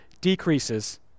decreases